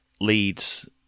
leads